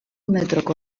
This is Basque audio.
metroko